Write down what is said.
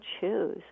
choose